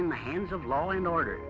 in the hands of law in order